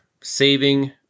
saving